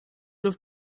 have